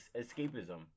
escapism